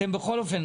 בכל אופן,